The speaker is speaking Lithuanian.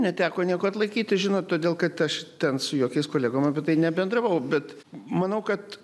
neteko nieko atlaikyti žinot todėl kad aš ten su jokiais kolegom apie tai nebendravau bet manau kad